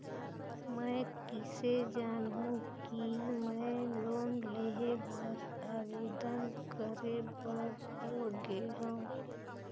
मैं किसे जानहूं कि मैं लोन लेहे बर आवेदन करे बर योग्य हंव?